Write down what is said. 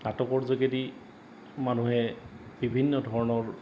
নাটকৰ যোগেদি মানুহে বিভিন্ন ধৰণৰ